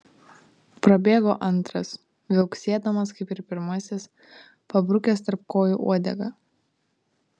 prabėgo antras viauksėdamas kaip ir pirmasis pabrukęs tarp kojų uodegą